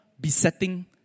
besetting